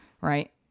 right